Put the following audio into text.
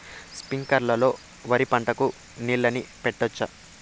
స్ప్రింక్లర్లు లో వరి పంటకు నీళ్ళని పెట్టొచ్చా?